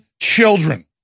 children